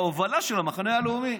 ההובלה של המחנה הלאומי.